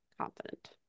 confident